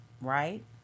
right